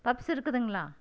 puffs இருக்குதுங்களா